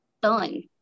done